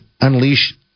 unleash